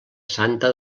santa